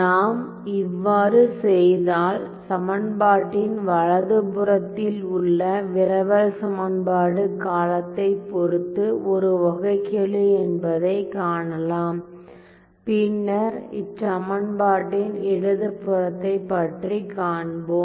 நாம் இவ்வாறு செய்தால் சமன்பாட்டின் வலது புறத்தில் உள்ள விரவல் சமன்பாடு காலத்தைப் பொறுத்து ஒரு வகைக்கெழு என்பதைக் காணலாம் பின்னர் இச்சமன்பாட்டின் இடது புறத்தை பற்றி காண்போம்